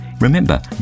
Remember